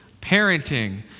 parenting